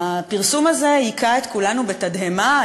הפרסום הזה הכה את כולנו בתדהמה.